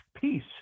peace